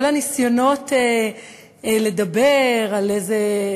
כל הניסיונות לדבר על איזה,